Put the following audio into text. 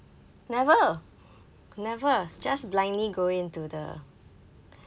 never never just blindly go into the